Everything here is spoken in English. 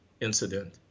incident